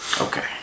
Okay